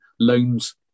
Loans